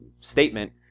statement